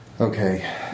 Okay